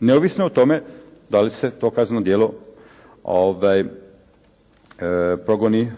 neovisno o tome da li se to kazneno djelo progoni